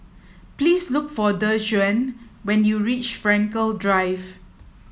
please look for Dejuan when you reach Frankel Drive